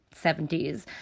70s